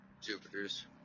Jupiters